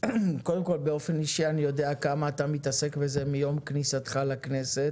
קודם כל אני יודע באופן אישי כמה אתה מתעסק בזה מיום כניסתך לכנסת